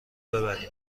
ببریم